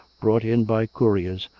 brought in by couriers,